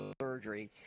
surgery